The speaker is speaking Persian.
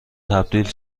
تبدیل